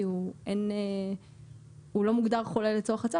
כי הוא לא מוגדר חולה לצורך הצו,